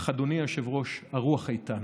אך, אדוני היושב-ראש, הרוח איתן.